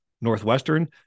Northwestern